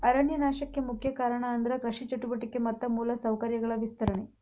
ಅರಣ್ಯ ನಾಶಕ್ಕೆ ಮುಖ್ಯ ಕಾರಣ ಅಂದ್ರ ಕೃಷಿ ಚಟುವಟಿಕೆ ಮತ್ತ ಮೂಲ ಸೌಕರ್ಯಗಳ ವಿಸ್ತರಣೆ